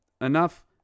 Enough